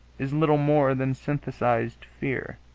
is little more than synthesized fear.